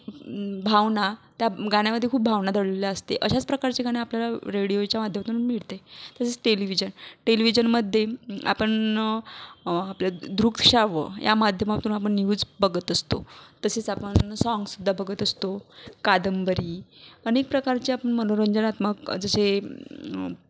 त्यांचे ते भावना त्या गाण्यामध्ये खूप भावना दडलेल्या असते अशाच प्रकारचे गाणे आपल्याला रेडिओच्या माध्यमातून मिळते तसेच टेलिव्हिजन टेलिव्हिजनमध्ये आपण आपले दृक्श्राव्य या माध्यमातून आपण न्यूज बघत असतो तसेच आपण साँग्ज सुद्धा बघत असतो कादंबरी अनेक प्रकारच्या मनोरंजनात्मक जसे म्युझिक